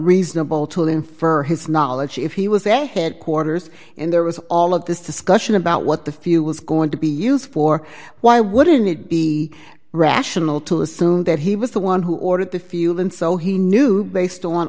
reasonable to infer his knowledge if he was a headquarters and there was all of this discussion about what the few was going to be used for why wouldn't it be rational to assume that he was the one who ordered the fuel and so he knew based on